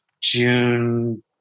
June